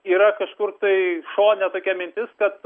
yra kažkur tai šone tokia mintis kad